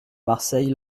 marseille